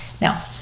Now